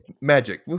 magic